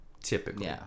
typically